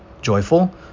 joyful